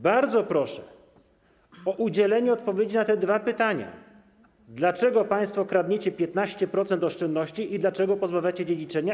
Bardzo proszę o udzielenie odpowiedzi na te dwa pytania: Dlaczego państwo kradniecie 15% oszczędności i dlaczego pozbawiacie dziedziczenia?